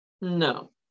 no